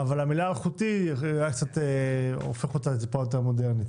אבל המילה אלחוטי אולי קצת נשמעת יותר מודרנית.